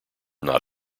not